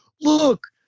look